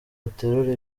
aterura